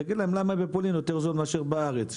תגיד להם למה בפולין יותר זול מאשר בארץ?